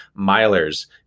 milers